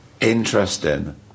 interesting